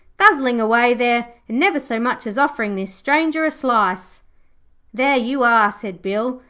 guzzling away there, and never so much as offering this stranger a slice there you are said bill.